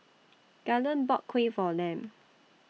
Galen bought Kuih For Lem